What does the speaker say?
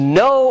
no